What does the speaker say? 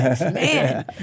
man